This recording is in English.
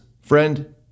Friend